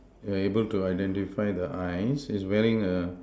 able to identify the eyes is wearing a